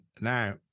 now